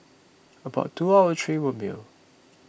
about two out of three were male